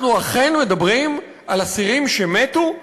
אנחנו אכן מדברים על אסירים שמתו,